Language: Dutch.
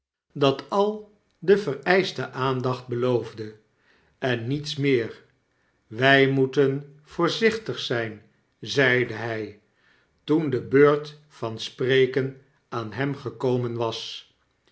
dat al de vereischte aandacht beloofde en niets meer wy moeten voorzichtig zyn zeidehy toen de beurt van spreken aan hem gekomen was